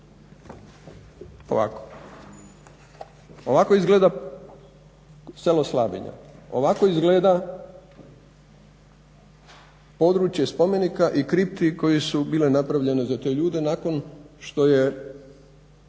Ovako. Ovako izgleda selo Slavinja. Ovako izgleda područje spomenika i kripti koje su bile napravljene za te ljude nakon što je